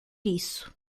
isso